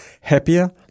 happier